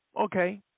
okay